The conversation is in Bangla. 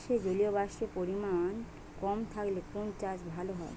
বাতাসে জলীয়বাষ্পের পরিমাণ কম থাকলে কোন চাষ ভালো হয়?